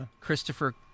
Christopher